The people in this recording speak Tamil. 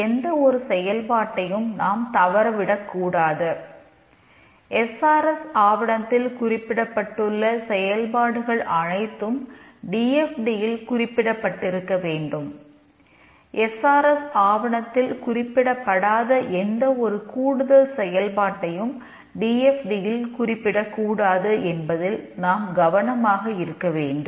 எஸ்ஆர்எஸ் ல் குறிப்பிடக் கூடாது என்பதில் நாம் கவனமாக இருக்க வேண்டும்